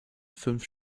fünf